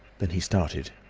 then he started,